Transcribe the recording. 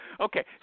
Okay